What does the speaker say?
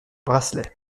bracelets